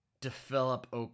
develop